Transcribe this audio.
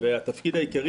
עמית,